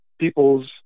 people's